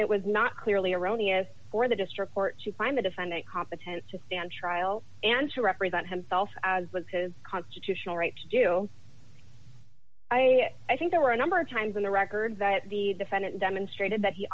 it was not clearly erroneous for the district court to find the defendant competent to stand trial and to represent himself as was his constitutional right to do i i think there were a number of times in the record that the defendant demonstrated that he